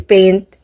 Paint